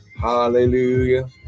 Hallelujah